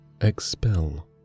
expel